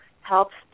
helps